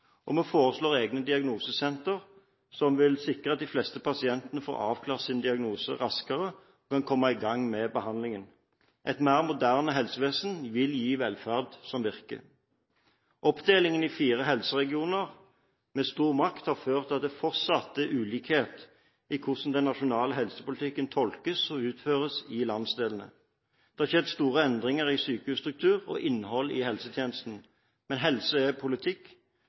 og vi foreslår egne diagnosesentre, som vil sikre at de fleste pasientene får avklart sin diagnose raskere og kan komme i gang med behandlingen. Et mer moderne helsevesen vil gi velferd som virker. Oppdelingen i fire helseregioner med stor makt har ført til at det fortsatt er ulikhet i hvordan den nasjonale helsepolitikken tolkes og utføres i landsdelene. Det har skjedd store endringer i sykehusstruktur og innhold i helsetjenesten. Men helse er politikk.